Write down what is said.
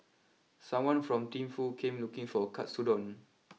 someone from Thimphu came looking for Katsudon